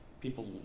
people